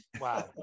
Wow